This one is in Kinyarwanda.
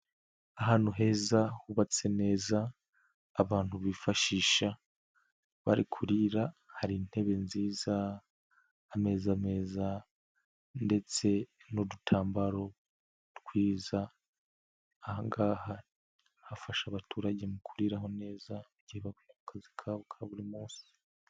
Ahantu heza hubatse neza abantu bifashisha bari kurira, hari intebe nziza, ameza meza ndetse n'udutambaro twiza, aha ngaha hafasha abaturage mu kuriraho neza igihe bavuye mu kazi kabo ka buri munsi.